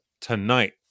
tonight